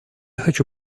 хочу